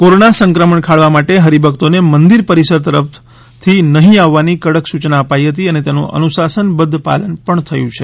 corona સંક્રમણ ખાળવા માટે હરિભક્તોને મંદિર પરિસર તરફ નહીં આવવાની કડક સૂચના અપાઈ હતી અને તેનું અનુશાસનબધ્ય પાલન પણ થયું છે